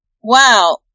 wow